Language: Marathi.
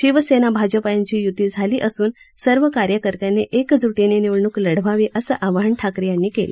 शिवसेना भाजप यांची य्ती झाली असून सर्व कार्यकर्त्यांनी एकज्टीनं निवडणूक लढवावी असं आवाहन ठाकरे यांनी केलं